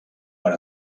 per